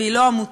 והיא לא עמותות,